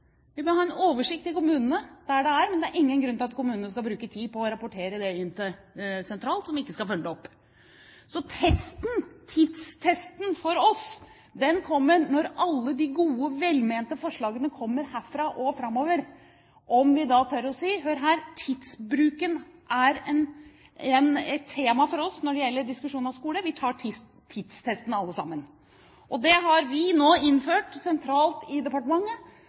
bør ha en oversikt i kommunene, der dette gjelder. Men det er ingen grunn til at kommunene skal bruke tid på å rapportere det inn sentralt, der de ikke skal følge det opp. Tidstesten for oss kommer når alle de gode, velmente forslagene kommer fra nå og framover. Tør vi si: Hør her, tidsbruken er et tema for oss når det gjelder diskusjon om skole. Vi tar tidstesten alle sammen. Det har vi nå innført sentralt i departementet,